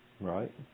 Right